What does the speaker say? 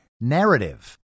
narrative